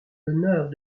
l’honneur